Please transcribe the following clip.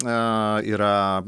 na yra